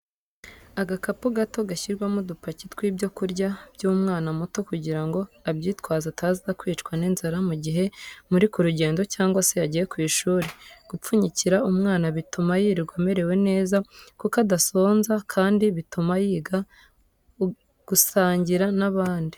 Agakapu gato gashyirwa udupaki tw'ibyo kurya by'umwana muto kugirango abyitwaze ataza kwicwa n'inzara mu gihe muri ku rugendo cyangwa se yagiye ku ishuri, gupfunyikira umwana bituma yirirwa amerewe neza kuko adasonza kandi bituma yiga gusangira n'abandi.